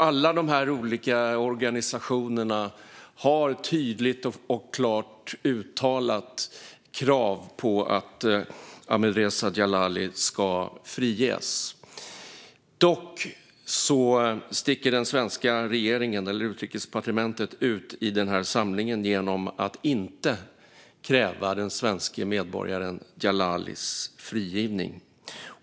Alla de olika organisationerna har tydligt och klart uttalat krav på att Ahmadreza Djalali ska friges. Dock sticker den svenska regeringen eller Utrikesdepartementet ut i den här samlingen genom att inte kräva den svenske medborgaren Djalalis frigivning.